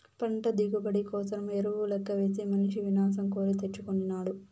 పంట దిగుబడి కోసరం ఎరువు లెక్కవేసి మనిసి వినాశం కోరి తెచ్చుకొనినాడు